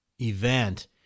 event